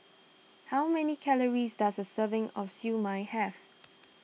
how many calories does a serving of Siew Mai have